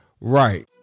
right